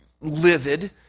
livid